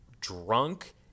drunk